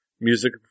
music